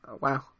Wow